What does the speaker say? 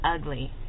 ugly